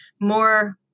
more